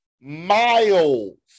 miles